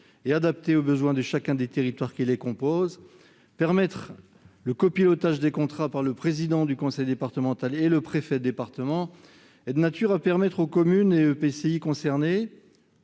et adaptée aux besoins de chacun des territoires qui les composent. Autoriser le copilotage des contrats par le président du conseil départemental et le préfet de département est de nature à permettre aux communes et aux EPCI concernés